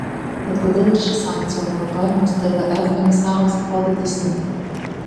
tad kodėl ir ši sankcija moratoriumas tvf emisarams atrodo teisinga